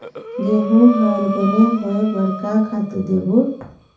गेहूं हर बने होय बर का खातू देबो?